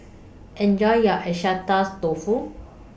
Enjoy your Agedashi Dofu